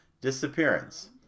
disappearance